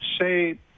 say